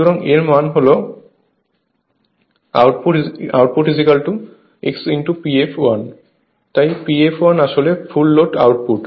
সুতরাং এর মানে হল আউটপুট xPfl তাই P fl আসলে ফুল লোড আউটপুট